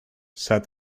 said